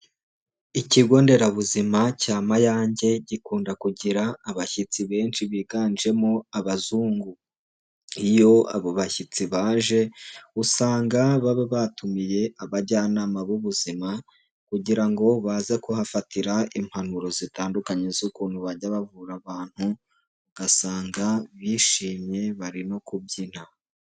Ikigo nderabuzima cya Mayange gikunda kugira abashyitsi benshi biganjemo abazungu, iyo abo bashyitsi baje usanga baba batumiye abajyanama b'ubuzima, kugira ngo baze kuhafatira impanuro zitandukanye z'ukuntu bajya bavura abantu, ugasanga bishimye bari no kubyina.